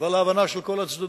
ועל ההבנה של כל הצדדים